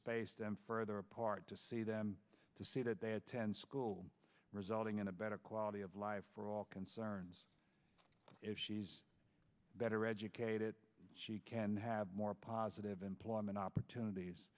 space them further apart to see them to see that they attend school resulting in a better quality of life for all concerned if she's better educated she can have more positive employment opportunities